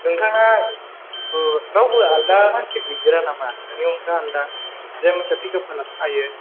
नोंथाङा रावबो आलादा मानसि गैदेरा नामा नोंनि अनगा आलादा जाय मानसिया पिकाप खालामनो हायो